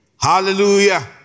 Hallelujah